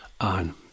on